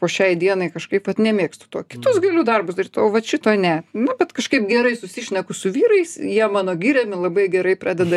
po šiai dienai kažkaip vat nemėgstu to kitus galiu darbus daryt o vat šito ne nu bet kažkaip gerai susišneku su vyrais jie mano giriami labai gerai pradeda